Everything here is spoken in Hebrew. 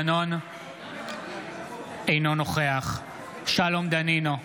אינו נוכח שלום דנינו,